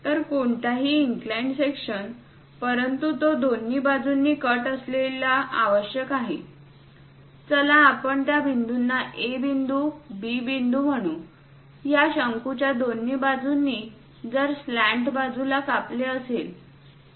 तर कोणताही inclined section परंतु तो दोन्ही बाजूंनी कट असलेला आवश्यक आहे चला आपण त्या बिंदूंना A बिंदू B बिंदू म्हणू या शंकूच्या दोन्ही बाजूंनी जर स्लॅन्ट बाजूला कापले असेल तर